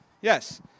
yes